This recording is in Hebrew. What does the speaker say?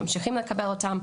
ממשיכים לקבל אותן.